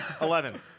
Eleven